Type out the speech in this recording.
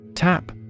Tap